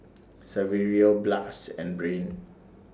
Saverio Blas and Brain